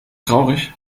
traurig